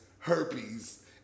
Herpes